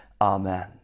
Amen